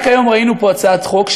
רק היום ראינו פה הצעת חוק,